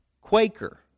Quaker